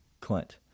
Clint